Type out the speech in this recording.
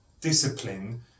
discipline